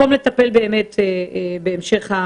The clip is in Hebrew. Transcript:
אותו